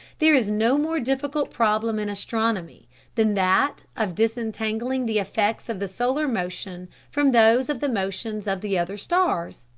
there is no more difficult problem in astronomy than that of disentangling the effects of the solar motion from those of the motions of the other stars.